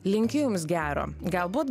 linkiu jums gero galbūt